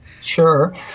Sure